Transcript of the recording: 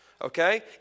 okay